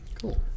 Cool